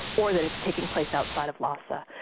or that it's taking place outside of lhasa.